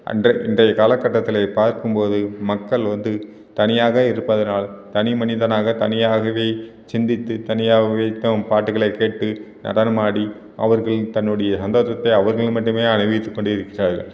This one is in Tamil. அன்று இன்றைய காலக்கட்டத்தில் பார்க்கும் போது மக்கள் வந்து தனியாக இருப்பதனால் தனிமனிதனாக தனியாகவே சிந்தித்து தனியாகவே தம் பாட்டுகளை கேட்டு நடனமாடி அவர்கள் தன்னுடைய சந்தோசத்தை அவர்கள் மட்டுமே அனுபவித்து கொண்டிருக்கிறார்கள்